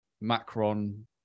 Macron